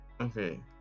Okay